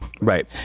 Right